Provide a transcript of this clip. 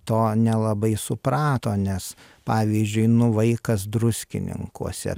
to nelabai suprato nes pavyzdžiui nu vaikas druskininkuose